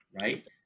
right